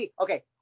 Okay